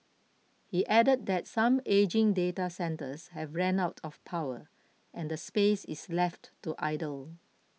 he added that some ageing data centres have ran out of power and the space is left to idle